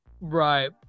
right